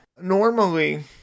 Normally